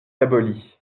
abolies